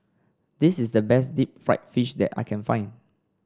this is the best Deep Fried Fish that I can find